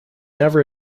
never